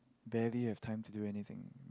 barely have time to do anything